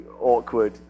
Awkward